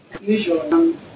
usually